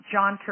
John